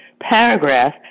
paragraph